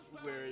where-